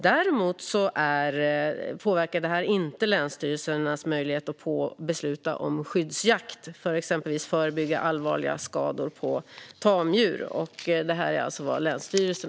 Detta påverkar dock inte länsstyrelsernas möjlighet att besluta om skyddsjakt för att exempelvis förebygga allvarliga skador på tamdjur.